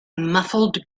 muffled